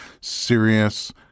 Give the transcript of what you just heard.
serious